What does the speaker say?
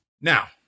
Now